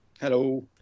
Hello